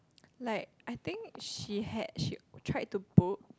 like I think she had she tried to book